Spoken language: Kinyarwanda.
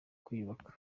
kwiyubaka